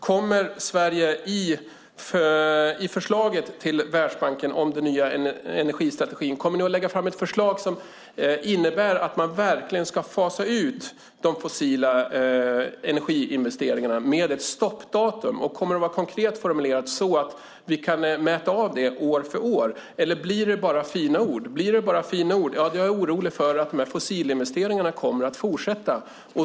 Kommer Sverige att lägga fram ett förslag till Världsbanken om den nya energistrategin som kommer att innebära att man verkligen ska fasa ut de fossila energiinvesteringarna med ett stoppdatum? Kommer det att vara konkret formulerat så att vi kan mäta detta år för år, eller blir det bara fina ord? Jag är orolig för att dessa fossilinvesteringarna kommer att fortsätta.